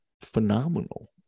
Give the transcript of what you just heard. phenomenal